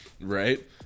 Right